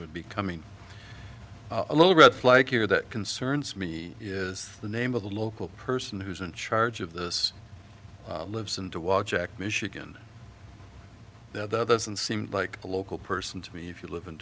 would be coming a little red flag here that concerns me is the name of the local person who's in charge of this lives and to watch act michigan that doesn't seem like a local person to me if you live in